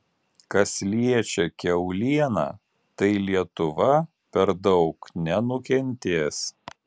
kas liečia kiaulieną tai lietuva per daug nenukentės